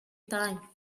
time